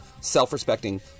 self-respecting